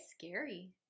scary